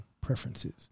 preferences